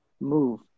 move